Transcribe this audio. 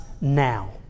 now